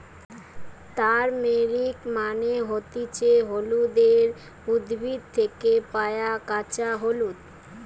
turmeric মানে হতিছে হলুদের উদ্ভিদ থেকে পায়া কাঁচা হলুদ